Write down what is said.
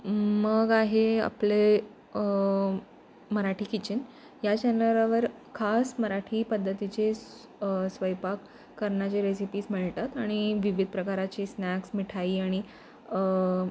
मग आहे आपले मराठी किचन या चॅनरावर खास मराठी पद्धतीचे स्वयंपाक करण्याचे रेसिपीज मिळतात आणि विविध प्रकाराची स्नॅक्स मिठाई आणि